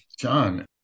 John